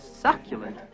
succulent